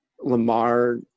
Lamar